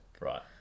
right